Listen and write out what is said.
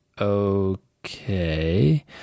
Okay